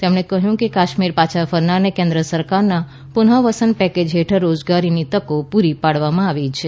તેમણે કહ્યું કે કાશ્મીર પાછા ફરનારને કેન્દ્ર સરકારના પુનઃવસન પેકેજ હેઠળ રોજગારીની તકો પૂરી પાડવામાં આવી છે